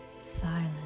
silence